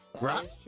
Right